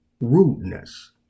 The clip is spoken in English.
rudeness